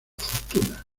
fortuna